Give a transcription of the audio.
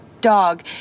dog